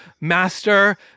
master